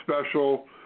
special